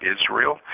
Israel